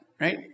Right